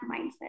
mindset